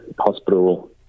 hospital